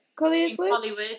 Hollywood